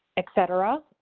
etc.